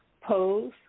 Pose